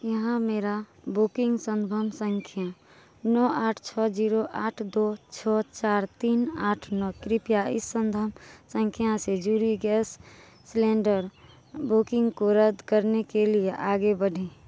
यहाँ मेरा बुकिन्ग सन्दर्भ सँख्या है नौ आठ छह ज़ीरो आठ दो छह चार तीन आठ नौ कृपया इस सन्दर्भ सँख्या से जुड़ी गैस सिलेण्डर बुकिन्ग को रद्द करने के लिए आगे बढ़ें